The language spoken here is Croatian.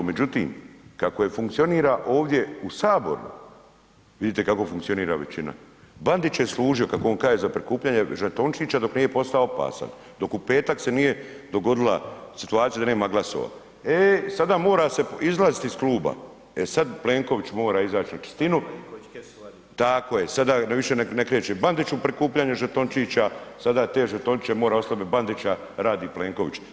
Međutim, kako je funkcionira ovdje u saboru, vidite kako funkcionira većina, Bandić je služio kako on kaže za prikupljanje žetončića dok nije postao opasan, dok u petak se nije dogodila situacija da nema glasovanja, e sada mora se izlazit iz kluba, e sad Plenković mora izaći na čistinu, tako je sada više ne kreće Bandić u prikupljanje žetončića, sada te žetončiće mora ostavit Bandića radi Plenković.